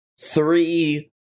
three